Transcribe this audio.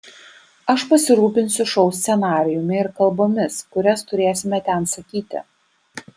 aš pasirūpinsiu šou scenarijumi ir kalbomis kurias turėsime ten sakyti